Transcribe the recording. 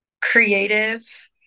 creative